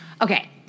okay